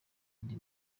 indi